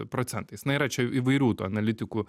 procentais na yra čia įvairių tų analitikų